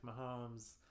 Mahomes